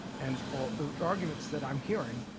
and ah the arguments that i'm hearing,